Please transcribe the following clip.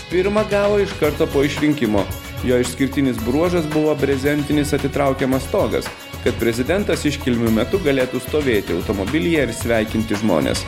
pirmą gavo iš karto po išrinkimo jo išskirtinis bruožas buvo prezentinis atitraukiamas stogas kad prezidentas iškilmių metu galėtų stovėti automobilyje ir sveikinti žmones